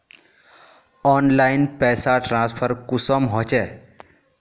Online पैसा transfer कुंसम होचे?